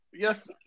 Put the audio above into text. Yes